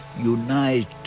unite